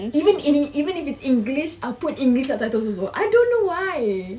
even if even if it's english I english subtitles also I don't know why